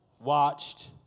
watched